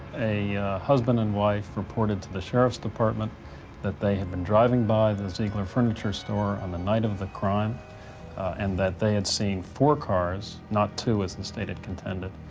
a husband and wife reported to the sheriff's department that they had been driving by the zeigler furniture store on the night of the crime and that they had seen four cars, not two as the and state had contended,